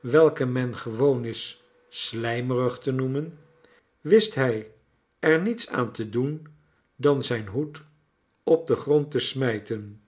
welken men gewoon is sljjmerig te noemen wist hij er niets aan te doen dan zijn hoed op den grond te smijten